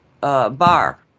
bar